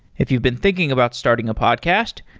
if you've been thinking about starting a podcast,